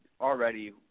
already